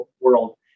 world